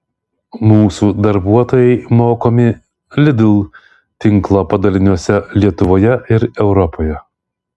mūsų darbuotojai mokomi lidl tinklo padaliniuose lietuvoje ir europoje